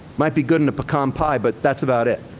might be good in a pecan pie, but that's about it.